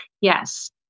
Yes